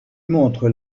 montre